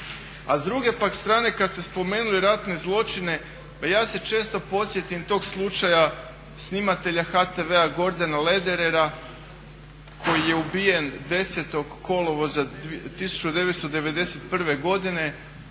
A s druge pak strane kad ste spomenuli ratne zločine pa ja se često podsjetim tog slučaja snimatelja HTV-a Gordana Lederera koji je ubijen 10. kolovoza 1991. godine